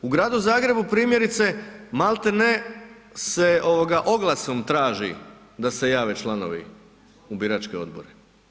U Gradu Zagrebu primjerice malte ne se oglasom traži da se jave članovi u biračke odbore.